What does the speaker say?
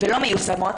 ולא מיושמות,